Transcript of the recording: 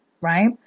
right